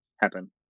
happen